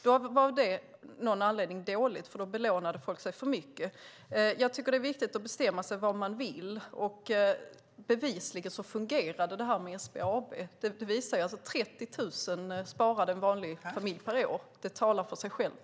Det var av någon anledning dåligt, för då belånade folk sig för mycket. Jag tycker att det är viktigt att bestämma sig för vad man vill. Bevisligen fungerade detta med SBAB. 30 000 sparade en vanlig familj per år. Det talar för sig självt.